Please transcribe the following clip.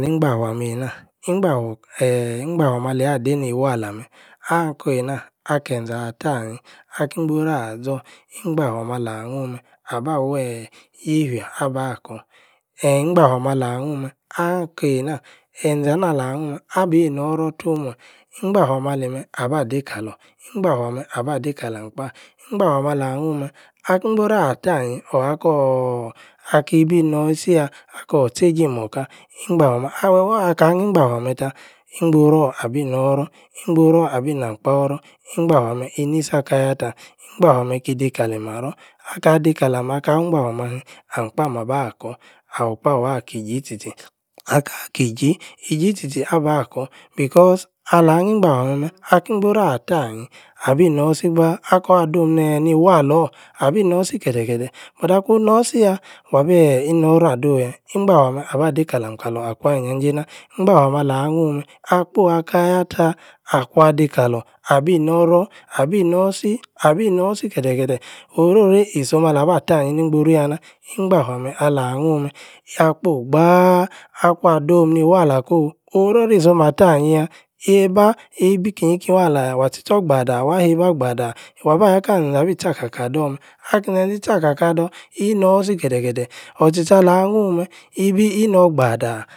ngbafwe-ameh-eina. ngbafu. eeeh ngbafu-ameh aleyi-ay-dei-ni-walah-meh. anhia-kor eina. ke-enȝe-ator-anyi. aki-ingboru-aȝor. ngbafue ameh-ala-hnun-meh. aba-weeeh. yefia. aba-kor. eeh ngbafwe-ameh ala-hnun-meh. ahnía-kor-eina. enȝe-anah ala-nhun-meh. abi-nor-ror too-much. ngbƌfwe ameh-alimeh. aba-dei-kalor. ngbafwe-ameh aba-dei kalam-kpah. ngbafwe-ameh-ala hnun-meh. aki-ingbo-ru atanyi or. okooor. aki-ibi. inor-isi-yah. akor-tchei-ji-moka. ngbafwe-ameh aaw. aka-nhi-ngbafwe ameh-tah ingboror-abi-nor-ror. ingboru-abi-nam-kpah oror. ngbafwe-ameh-inisi-akyatah. ngbafwe-ameh-ki-dei kali maror. akah-dei-kalam. aka-wi-ngbafwe ameh a hin alim-kpah,-maba-kor. awor-kpah. wah. kiji tchi-tchi, aka-kiji. iji tchi-tchi aba-kor. because alah kni-ngbafwe-ameh-meh. aki-ingboru-atanyi. abi-nor-isi-gbaah. akwan-dome. neeh ni-walor. abi-nor-si kete-keteh. but akun. nor-si-yah. wabeeh inor-ror adoyah ngbafwe-ameh aba-dei kalam-kalor akwa-yi-nja-jei nah. ngbafwe-ameh-alamun-meh. akpoi-aah-kayataah!! akwuan dei kalor. abi-nor-ror. abi-nor-si-abi-nor-si-kete-kete oro-ri isom alabah-tanyi ni-ngboru-yah-nah. ngbafwe-ameh. alahnun-meh. akpo-gbaaah. akwuan-do'me ni-walah-kooh. oro-ri isom ala-tanyi-yah. eíba. ibi-iki-nyi-ki-nyi waah ala-yah. wa-tchi-tchor gbadaah. wa-heiba gbadaah waba-yah. kali-mi-nȝe-ȝe abi-tcha-ka-ka. ador-meh. aki-nȝe-ȝe e-tcha-kaka-ador. inor-si. kete-kete oor-tchi-tchi alah-hnun-meh. ibi-inor-gbadaaah